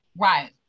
Right